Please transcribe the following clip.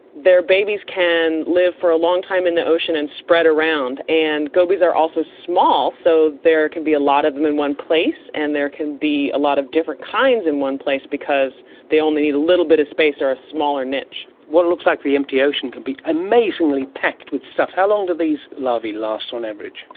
their babies can live for a long time in the ocean and spread around, and gobies are also small, so there can be a lot of them in one place and there can be a lot of different kinds in one place because they only need a little bit of space or a smaller niche. what looks like the empty ocean can be amazingly packed with stuff. how long do these larvae last on average?